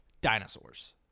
Dinosaurs